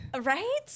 Right